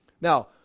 Now